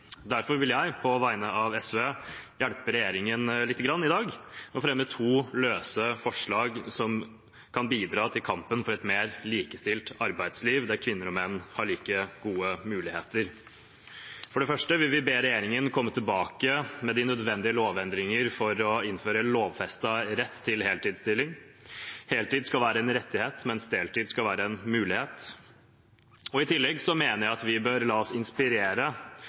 Derfor vil jeg på vegne av SV hjelpe regjeringen litt i dag ved å fremme tre forslag som kan bidra til kampen for et mer likestilt arbeidsliv, der kvinner og menn har like gode muligheter. For det første vil vi be regjeringen komme tilbake med de nødvendige lovendringer for å innføre lovfestet rett til heltidsstilling. Heltid skal være en rettighet, mens deltid skal være en mulighet. I tillegg mener jeg at vi bør la oss inspirere